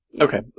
Okay